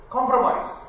Compromise